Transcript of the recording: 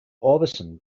orbison